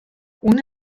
ohne